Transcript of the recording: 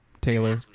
Taylor